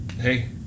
Hey